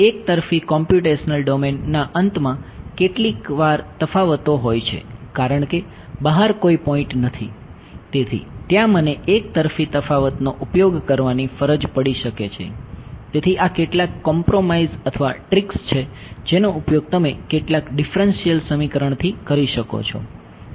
તેથી કોમ્પ્યુટેશનલ છે જેનો ઉપયોગ તમે કેટલાક ડિફરન્શિયલ સમીકરણથી કરી શકો છો